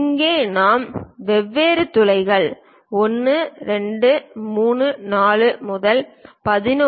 இங்கே நாம் வெவ்வேறு துளைகள் 1 2 3 4 முதல் 11